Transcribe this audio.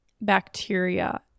bacteria